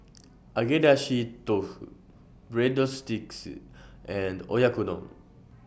Agedashi Dofu Breadsticks and Oyakodon